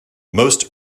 most